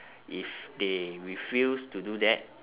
if they refuse to do that